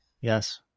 Yes